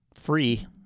free